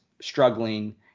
struggling